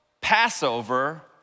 Passover